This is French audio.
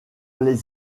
les